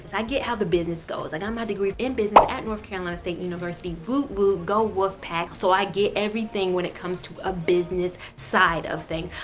i get how the business goes. i got my degree in business at north carolina state university whoo whoo go wolfpack. so i get everything when it comes to a business side of things.